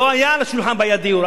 לא היתה על השולחן בעיית דיור.